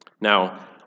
Now